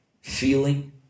feeling